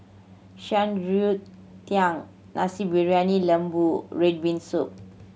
Shan Rui Tang Nasi Briyani Lembu red bean soup